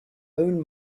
own